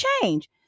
change